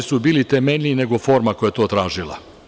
Razlozi su bili temeljniji nego forma koja je to tražila.